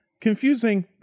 confusing